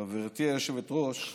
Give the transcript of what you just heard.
חברתי היושבת-ראש,